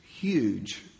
huge